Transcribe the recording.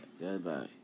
goodbye